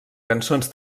cançons